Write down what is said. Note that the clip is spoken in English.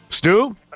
Stu